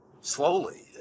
slowly